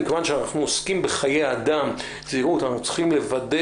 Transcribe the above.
מכיוון שאנחנו עוסקים בחיי אדם אנחנו צריכים לוודא